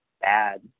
bad